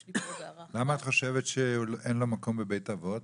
למה את חושבת שאין לו מקום בבית אבות?